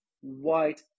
white